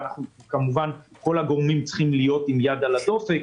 וכמובן כל הגורמים צריכים להיות עם יד על דופק